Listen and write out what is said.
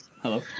Hello